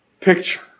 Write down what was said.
picture